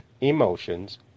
emotions